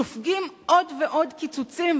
סופגים עוד ועוד קיצוצים,